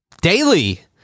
Daily